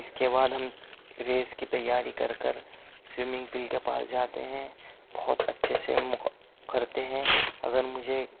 اس کے بعد ہم ریس کی تیاری کر کر سویمنیگ پل کے پاس جاتے ہیں بہت اچھے سے کرتے ہیں اگر مجھے